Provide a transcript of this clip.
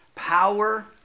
power